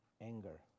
anger